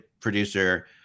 producer